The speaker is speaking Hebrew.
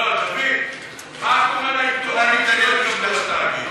לא, דוד, מה קורה לעיתונאים שלא התקבלו לתאגיד?